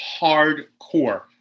hardcore